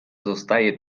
zostaje